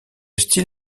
style